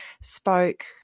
spoke